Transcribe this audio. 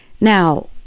now